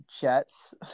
Jets